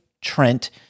Trent